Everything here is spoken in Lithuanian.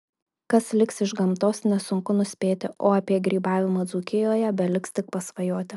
kas liks iš gamtos nesunku nuspėti o apie grybavimą dzūkijoje beliks tik pasvajoti